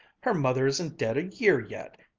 her mother isn't dead a year yet!